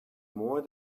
more